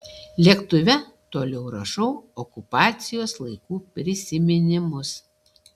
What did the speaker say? lėktuve toliau rašau okupacijos laikų prisiminimus